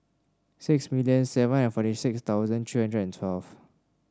six million seven hundred forty six thousand three hundred and twelve